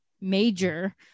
major